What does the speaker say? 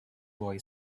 boy